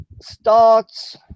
starts